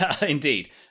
Indeed